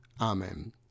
Amen